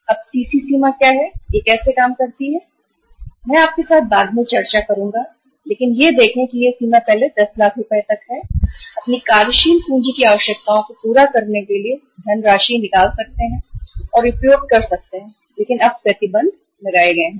अब सीसी सीमा क्या है यह कैसे काम करती है मैं करूंगा आपके साथ बाद में चर्चा करें लेकिन यह देखें कि यह सीमा पहले से 10 लाख रुपये तक है अपनी कार्यशील पूंजी की आवश्यकताओं को पूरा करने के लिए धनराशि निकाल सकते हैं और उपयोग कर सकते हैं लेकिन अब प्रतिबंध लगाए गए हैं